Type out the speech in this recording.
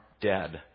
dead